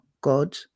God